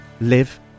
live